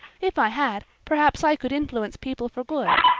if i had perhaps i could influence people for good.